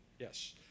Yes